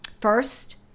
first